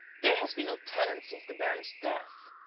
there has been no tenant since the baron's death.